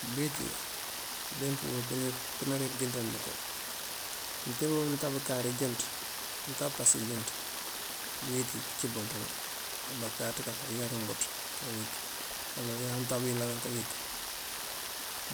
Búuweeti, unleemp bël apënari pëënjënţan ţënko. Mëënteeba untab kare ajëënt, untab pase jëënt, búuweeti cíimbun ţël. Á bakáaţ kaka ayëlarin bëţ káweet uwala bañaan untab kaka ayëlarin bëţ káweet.